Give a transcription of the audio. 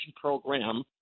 program